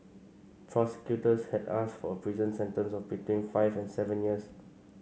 prosecutors had asked for a prison sentence of between five and seven years